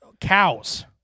Cows